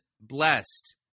blessed